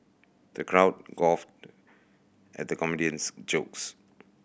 the crowd guffawed at the comedian's jokes